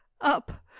up